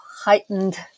heightened